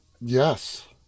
yes